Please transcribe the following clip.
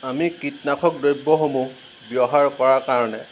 আমি কীটনাশক দ্ৰব্য়সমূহ ব্য়ৱহাৰ কৰাৰ কাৰণে